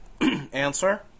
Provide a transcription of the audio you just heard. answer